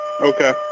Okay